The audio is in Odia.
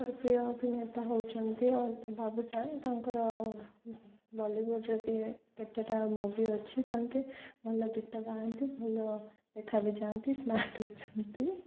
ମୋର ପ୍ରିୟ ଅଭିନେତା ହେଉଛନ୍ତି ବାବୁସାନ୍ ତାଙ୍କର ବଲିଉଡ଼ରେ ବି କେତେଟା ମୁଭି ଅଛି ତାଙ୍କେ ଭଲ ଗୀତ ଗାଆନ୍ତି ଭଲ ଦେଖା ବିି ଯାଆନ୍ତି ସ୍ମାର୍ଟ ଅଛନ୍ତି